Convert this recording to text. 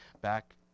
back